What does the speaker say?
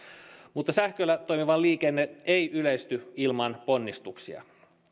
mutta sähköllä toimiva liikenne ei yleisty ilman ponnistuksia